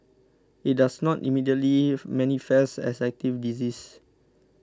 it does not immediately manifest as active disease